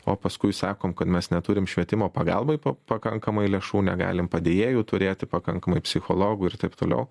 o paskui sakom kad mes neturim švietimo pagalbai pakankamai lėšų negalim padėjėjų turėti pakankamai psichologų ir taip toliau